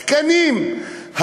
תקנים,